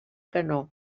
canó